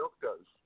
doctors